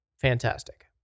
fantastic